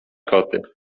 koty